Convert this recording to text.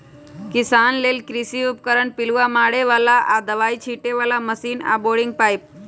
किसान लेल कृषि उपकरण पिलुआ मारे बला आऽ दबाइ छिटे बला मशीन आऽ बोरिंग पाइप